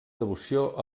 devoció